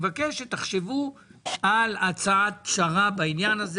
אני מבקש שתחשבו על הצעת פשרה בעניין,